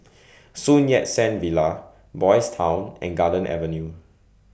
Sun Yat Sen Villa Boys' Town and Garden Avenue